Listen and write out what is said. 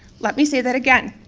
let me say that again.